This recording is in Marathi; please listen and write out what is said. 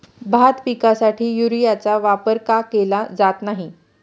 भात पिकासाठी युरियाचा वापर का केला जात नाही?